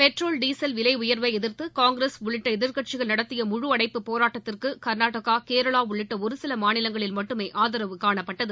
petrol diesel விலை உயர்வை எதிர்த்து காங்கிரஸ் உள்ளிட்ட எதிர்க்கட்சிகள் நடத்திய முழு அடைப்புப் போராட்டத்துக்கு கா்நாடகா கேரளா உள்ளிட்ட ஒரு சில மாநிலங்களில் மட்டுமே ஆதரவு காணப்பட்டது